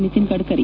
Nitin Gadkari